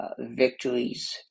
victories